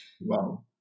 Wow